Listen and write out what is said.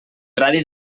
radis